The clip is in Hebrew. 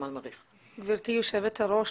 גברתי יושבת הראש,